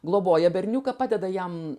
globoja berniuką padeda jam